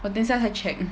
我等下才 check